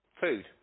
food